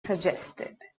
suggested